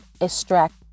extract